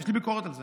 יש לי ביקורת על זה.